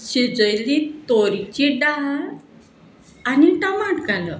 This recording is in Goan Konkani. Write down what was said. शिजयल्ली तोरिची दाळ आनी टमाट घालप